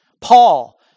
Paul